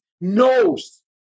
knows